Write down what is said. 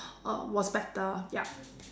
uh was better yup